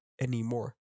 anymore